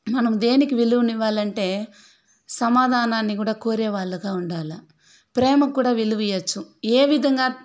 మనము దేనికి విలువను ఇవ్వాలంటే సమాధానాన్ని కూడా కోరేవాళ్లుగా ఉండాలి ప్రేమకి కూడా విలువ ఇవ్వచ్చు ఏ విధంగా